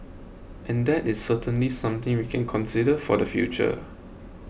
and that is certainly something we can consider for the future